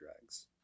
drugs